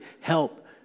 help